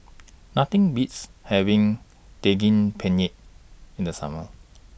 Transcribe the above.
Nothing Beats having Daging Penyet in The Summer